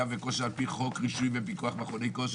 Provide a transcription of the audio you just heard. על פי חוק רישוי ופיקוח מכוני כושר?